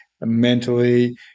mentally